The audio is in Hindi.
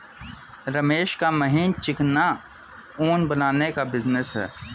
रमेश का महीन चिकना ऊन बनाने का बिजनेस है